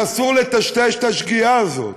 ואסור לטשטש את השגיאה הזאת.